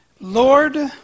Lord